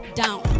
down